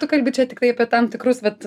tu kalbi čia tiktai apie tam tikrus vat